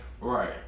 right